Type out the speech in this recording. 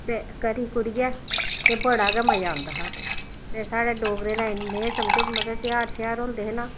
ते करी कुरियै ते बड़ा गै मजा औंदा हा ते साढ़े डोगरें दे इन्ने समझो मतलब तेहार श्यार होंदे हे ना